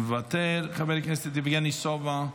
מוותר, חבר הכנסת יבגני סובה,